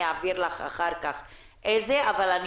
אני אעביר לך אחר-כך את השמות אבל אני